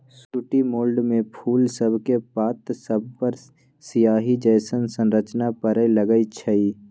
sooty mould में फूल सभके पात सभपर सियाहि जइसन्न संरचना परै लगैए छइ